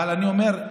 אבל אני אומר,